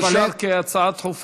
הבנתי שזה אוּשר כהצעה דחופה.